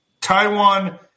Taiwan